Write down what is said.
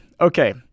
Okay